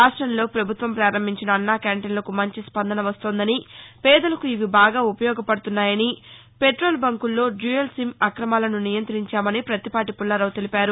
రాష్టంలో పభుత్వం పారంభించిన అన్న క్యాంటీస్లకు మంచి స్పందన వస్తోందని పేదలకు ఇవి బాగా ఉపయోగపడుతున్నాయని పెట్రోలు బంకులలో ద్యుయల్ సిమ్ అక్రమాలను నియంతించామని పత్తిపాటి పుల్లారావు తెలిపారు